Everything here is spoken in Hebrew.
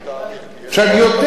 יותר מזה,